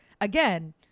again